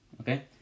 Okay